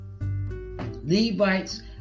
Levites